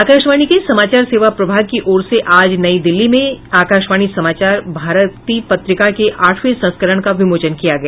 आकाशवाणी के समाचार सेवा प्रभाग की ओर से आज नई दिल्ली में आकाशवाणी समाचार भारती पत्रिका के आठवें संस्करण का विमोचन किया गया